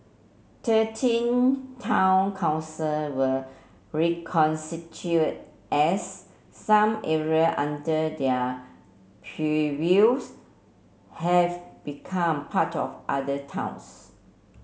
thirteen town council were as some area under their purviews have become part of other towns